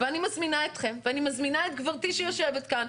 אני מזמינה אתכם ואני מזמינה את גבירתי שיושבת כאן,